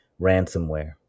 ransomware